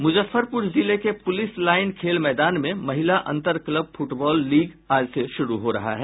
मुजफ्फरपुर जिले के police line खेल मैदान में महिला अन्तर क्लब फुटबॉल लीग आज से शुरू हो रहा है